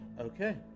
okay